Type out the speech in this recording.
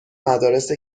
مدارس